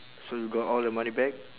so you got all the money back